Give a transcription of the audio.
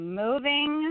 moving